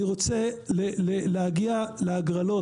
אני רוצה להגיע להגרלות,